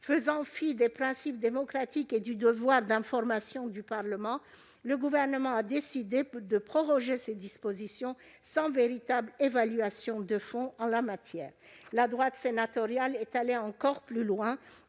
Faisant fi des principes démocratiques et du devoir d'information du Parlement, le Gouvernement a décidé de proroger ces dispositions, sans véritable évaluation de fond en la matière. La droite sénatoriale est allée encore plus loin,